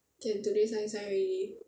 can today sign sign already